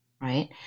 right